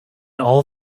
all